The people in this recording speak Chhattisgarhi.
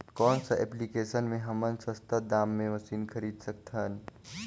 कौन सा एप्लिकेशन मे हमन सस्ता दाम मे मशीन खरीद सकत हन?